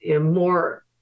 more